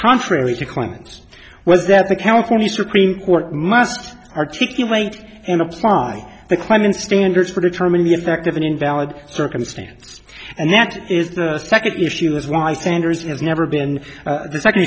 contrary to clinton's was that the california supreme court must articulate and apply the climbing standards for determine the effect of an invalid circumstance and that is the second issue is why standards has never been the second